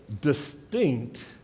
distinct